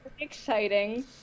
exciting